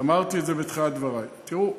אמרתי את זה בתחילת דברי: תראו,